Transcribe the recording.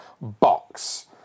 box